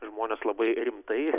žmones labai rimtai